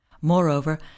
moreover